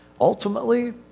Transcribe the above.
ultimately